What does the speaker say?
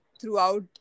throughout